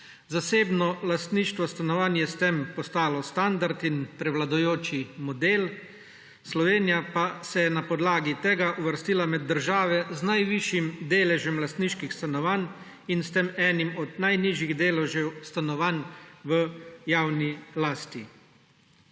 Zasebno lastništvo stanovanj je s tem postalo standard in prevladujoči model, Slovenija pa se je na podlagi tega uvrstila med države z najvišjim deležem lastniških stanovanj in s tem enim od najnižjih deležev stanovanj v javni lasti.